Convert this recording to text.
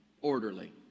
orderly